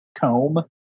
comb